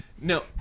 No